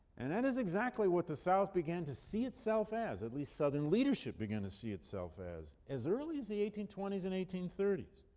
and that is exactly what the south began to see itself as, at least southern leadership began to see itself as, as early as the eighteen twenty s and eighteen thirty